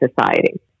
society